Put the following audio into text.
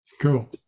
Cool